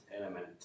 element